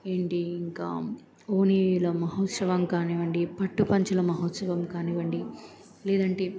ఏంటి ఇంకా ఓణీల మహోత్సవం కానివ్వండి పట్టుపంచుల మహోత్సవం కానివ్వండి లేదంటే